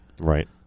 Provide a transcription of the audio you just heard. Right